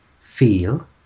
feel